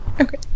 Okay